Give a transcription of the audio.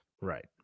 right